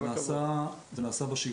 זה נעשה בשגרה.